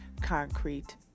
concrete